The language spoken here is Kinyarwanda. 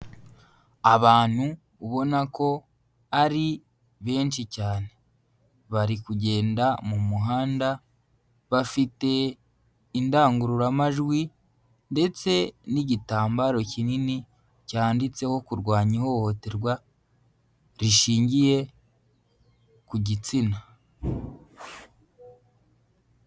Abantu ubona ko ari benshi cyane, bari kugenda mu muhanda bafite indangururamajwi, ndetse n'igitambaro kinini cyanditseho kurwanya ihohoterwa rishingiye ku gitsina.